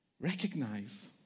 recognize